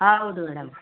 ಹೌದು ಮೇಡಮ್